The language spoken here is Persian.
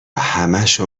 همشو